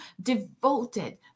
devoted